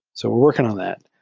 so we're working on that.